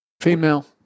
Female